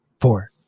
four